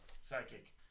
Psychic